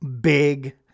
big